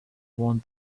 want